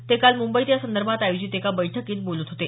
ते काल मुंबईत या संदर्भात आयोजित एका बैठकीत बोलत होते